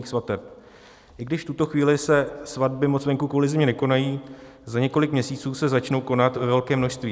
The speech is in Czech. I když v tuto chvíli se svatby moc venku kvůli zimě nekonají, za několik měsíců se začnou konat ve velkém množství.